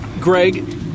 Greg